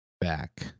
back